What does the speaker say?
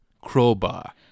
Crowbar